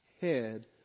head